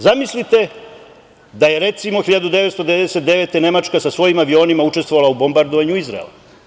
Zamislite da je, recimo, 1999. godine Nemačka sa svojim avionima učestvovala u bombardovanju Izraela.